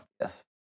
yes